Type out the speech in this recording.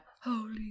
holy